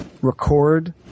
record